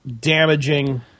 damaging